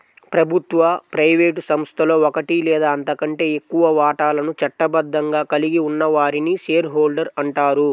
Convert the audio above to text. ప్రభుత్వ, ప్రైవేట్ సంస్థలో ఒకటి లేదా అంతకంటే ఎక్కువ వాటాలను చట్టబద్ధంగా కలిగి ఉన్న వారిని షేర్ హోల్డర్ అంటారు